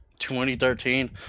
2013